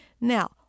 Now